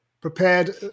prepared